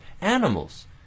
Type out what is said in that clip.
animals